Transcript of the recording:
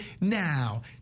now